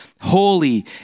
holy